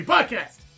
Podcast